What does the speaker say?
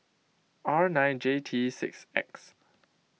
R nine J T six X